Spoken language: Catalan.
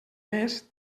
més